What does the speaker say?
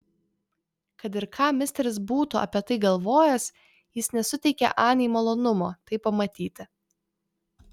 kad ir ką misteris būtų apie tai galvojęs jis nesuteikė anei malonumo tai pamatyti